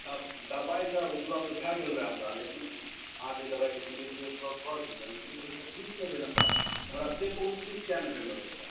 दवाइ तऽ उपलब्ध भऽ गेल रहय हमरा लेकिन अहाँ जे दवाइ लिखने रही से उपलब्ध भऽ गेल रहए लेकिन ओहिसँ ठीक नहि भेल हमरा हमरा से कहु ओ ठीक किया नहि भेल डाक्टर साहेब